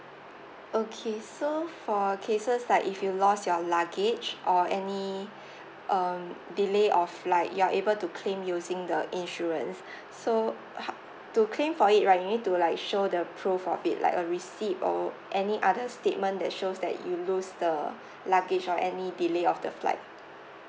okay so for cases like if you lost your luggage or any um delay of like you're able to claim using the insurance so to claim for it right you need to like show the proof of it like a receipt or any other statement that shows that you lose the luggage or any delay of the flight